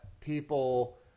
people